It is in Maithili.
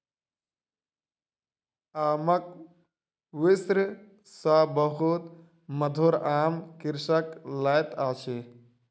आमक वृक्ष सॅ बहुत मधुर आम कृषक लैत अछि